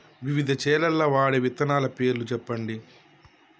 వివిధ చేలల్ల వాడే విత్తనాల పేర్లు చెప్పండి?